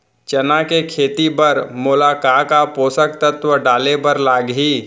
चना के खेती बर मोला का का पोसक तत्व डाले बर लागही?